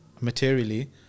materially